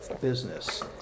business